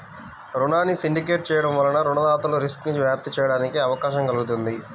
రుణాన్ని సిండికేట్ చేయడం వలన రుణదాతలు రిస్క్ను వ్యాప్తి చేయడానికి అవకాశం కల్గుతుంది